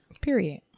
Period